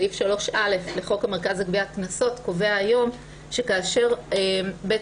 סעיף 3א לחוק המרכז לגביית קנסות קובע היום שכאשר בית